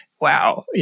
Wow